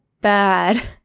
bad